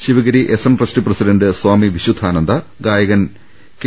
Sivagiri S N trust president Swami Vishudhananda ഗായകൻ K